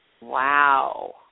Wow